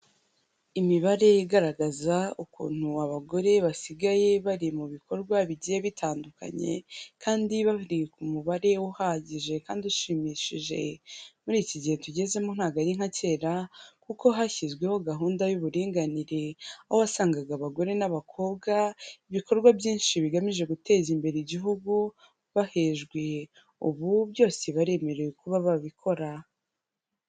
Imibare igaragaza ukuntu abagore basigaye bari mu bikorwa bigiye bitandukanye, kandi bari ku mubare uhagije kandi ushimishije, muri iki gihe tugezemo ntabwo ari nka kera, kuko hashyizweho gahunda y'uburinganire, aho wasangaga abagore n'abakobwa ibikorwa byinshi bigamije guteza imbere igihugu bahejwe, ubu byose baremerewe kuba babikora.